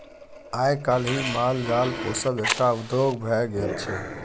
आइ काल्हि माल जाल पोसब एकटा उद्योग भ गेल छै